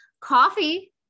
Coffee